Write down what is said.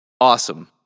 Awesome